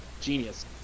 genius